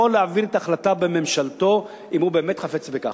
יכול להעביר את ההחלטה בממשלתו אם הוא באמת חפץ בכך.